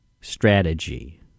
strategy